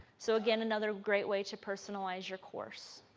so again another great way to personalize your course.